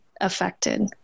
affected